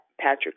Patrick